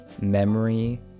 memory